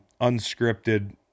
unscripted